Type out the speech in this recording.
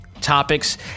topics